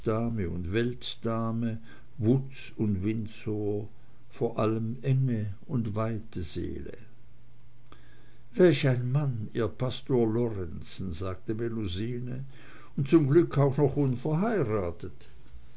und weltdame wutz und windsor vor allem enge und weite seele welch ein mann ihr pastor lorenzen sagte melusine und zum glück auch noch unverheiratet